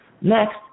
Next